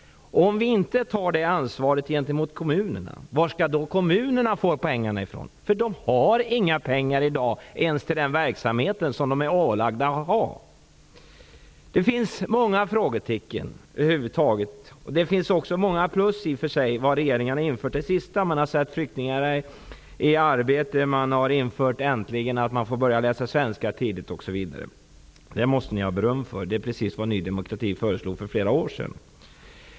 Om vi inte tar det här ansvaret gentemot kommunerna, var skall då kommunerna ta sina pengar? Kommunerna har, som sagt, inga pengar i dag. De har inte ens pengar till den verksamhet som de är ålagda att ha. Över huvud taget finns det många frågetecken, men också i och för sig många plus, när det gäller vad regeringen på sistone har gjort. Man har ju satt flyktingar i arbete. Man har äntligen infört att flyktingar får börja läsa svenska tidigt osv. För detta måste ni i regeringen ha beröm. De här åtgärderna är precis vad Ny demokrati föreslog för flera år sedan.